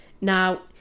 Now